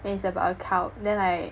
then it's about a cult then like